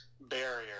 barrier